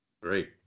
Great